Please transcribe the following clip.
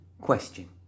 question